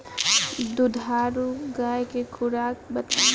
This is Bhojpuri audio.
दुधारू गाय के खुराक बताई?